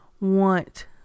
want